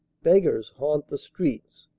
beggars haunt the streets.